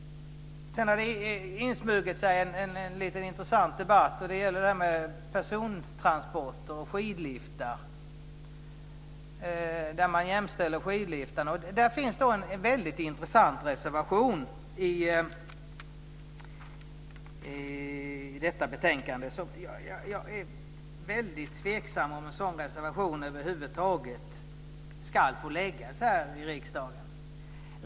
Sedan har det insmugit sig en intressant debatt. Den gäller persontransporter och skidliftar. Det finns en intressant reservation i betänkandet. Jag är väldigt tveksam om en sådan reservation över huvud taget ska få läggas fram i riksdagen.